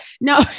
no